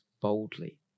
boldly